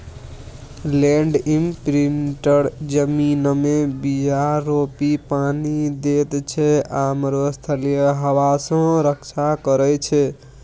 land imprinter जमीनमे बीया रोपि पानि दैत छै आ मरुस्थलीय हबा सँ रक्षा करै छै